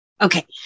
Okay